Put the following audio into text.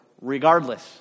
regardless